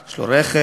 יש לו רכב,